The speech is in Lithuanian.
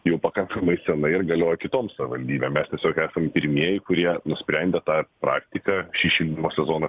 jau pakankamai senai ir galioja kitom savivaldybėm mes tiesiog esam pirmieji kurie nusprendė tą praktiką šį šildymo sezoną